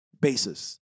basis